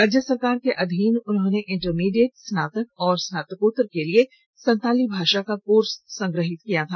राज्य सरकार के अधीन उन्होंने इंटरमीडिएट स्नातक और स्नातकोत्तर के लिए संताली भाषा का कोर्स संग्रहित किया था